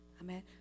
Amen